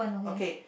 okay